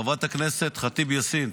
חברת הכנסת ח'טיב יאסין,